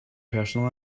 personal